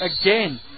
Again